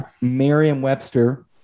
Merriam-Webster